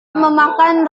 memakan